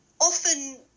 often